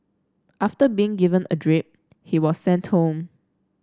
after being given a drip he was sent home